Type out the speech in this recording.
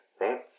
right